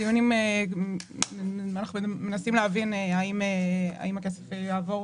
אנחנו מנסים להבין האם הכסף יעבור